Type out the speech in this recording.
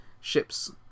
ships